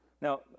Now